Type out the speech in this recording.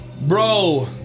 Bro